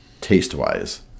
taste-wise